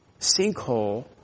sinkhole